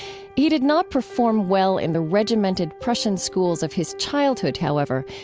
he did not perform well in the regimented prussian schools of his childhood, however,